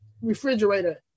refrigerator